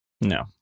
No